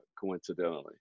coincidentally